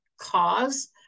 cause